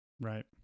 Right